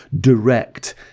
direct